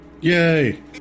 Yay